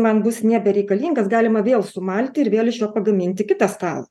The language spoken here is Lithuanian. man bus nebereikalingas galima vėl sumalti ir vėl iš jo pagaminti kitą stalą